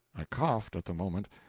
i coughed at the moment,